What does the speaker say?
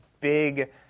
big